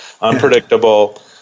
Unpredictable